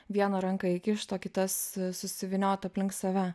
vieną ranką įkišt o kitas susivyniot aplink save